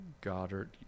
Goddard